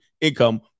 income